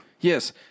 Yes